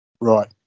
Right